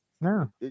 no